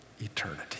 eternity